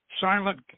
silent